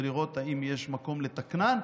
ולראות אם יש מקום לתקנן.